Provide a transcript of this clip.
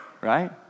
Right